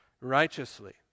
righteously